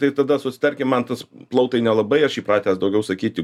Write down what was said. tai tada susitarkim man tas plautai nelabai aš įpratęs daugiau sakyti